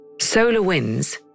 SolarWinds